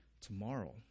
tomorrow